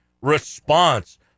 response